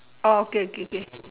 orh okay okay K